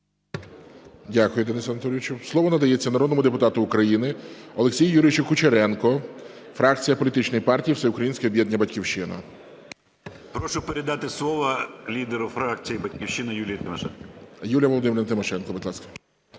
Дякую, Денисе Анатолійовичу. Слово надається народному депутату України Олексію Юрійовичу Кучеренку, фракція політичної партії "Всеукраїнське об'єднання "Батьківщина". 10:57:39 КУЧЕРЕНКО О.Ю. Прошу передати слово лідеру фракції "Батьківщина" Юлії Тимошенко. ГОЛОВУЮЧИЙ. Юлія Володимирівна Тимошенко, будь ласка.